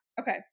Okay